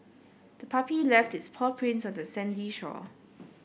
the puppy left its paw prints on the sandy shore